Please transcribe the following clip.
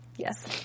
Yes